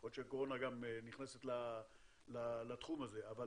יכול להיות שהקורונה נכנסת לתחום הזה, אבל